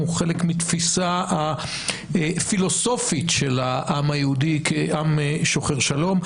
זה חלק מהתפיסה הפילוסופית של העם היהודי כעם שוחר שלום,